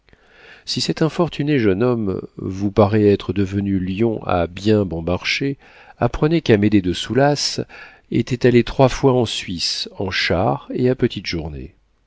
si cet infortuné jeune homme vous paraît être devenu lion à bien bon marché apprenez qu'amédée de soulas était allé trois fois en suisse en char et à petites journées